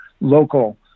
local